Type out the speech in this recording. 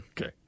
Okay